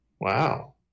wow